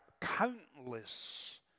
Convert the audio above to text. countless